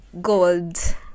Gold